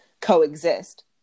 coexist